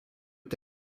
texte